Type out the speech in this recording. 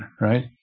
right